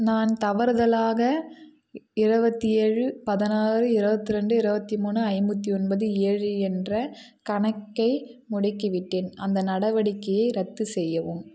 நான் தவறுதலாக இருபத்தி ஏழு பதினாறு இருபத்தி ரெண்டு இருபத்தி மூணு ஐம்பத்தி ஒன்பது ஏழு என்ற கணக்கை முடக்கிவிட்டேன் அந்த நடவடிக்கையை ரத்து செய்யவும்